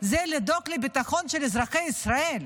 זה לדאוג לביטחון של אזרחי ישראל.